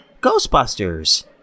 Ghostbusters